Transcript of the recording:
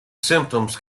symptoms